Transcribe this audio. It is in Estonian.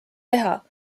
teha